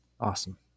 Awesome